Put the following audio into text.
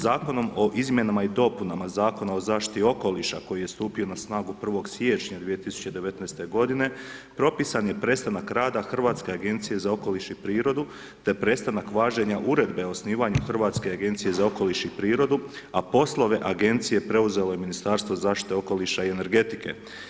Zakonom o izmjenama i dopunama Zakona o zaštiti okoliša, koji je odstupio na snagu 1.1.2019. g. propisan je prestanak rada Hrvatske agencije za okoliš i prirodu, te prestanak važenja Ureda o osnivanju Hrvatske agencije za okoliš i prirodu, a poslove Agencije preuzelo je Ministarstvo zaštite okoliša i energetike.